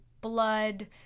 blood